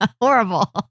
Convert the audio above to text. Horrible